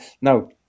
Now